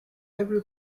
every